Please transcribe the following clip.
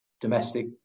domestic